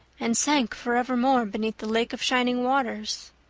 and sank forevermore beneath the lake of shining waters.